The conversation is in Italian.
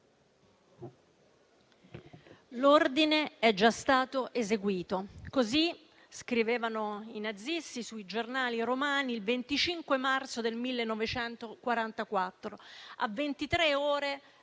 «L'ordine è già stato eseguito». Così scrivevano i nazisti sui giornali romani il 25 marzo 1944,